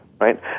right